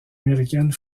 américaine